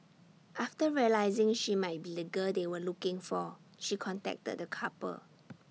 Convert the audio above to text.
after realising she might be the girl they were looking for she contacted the couple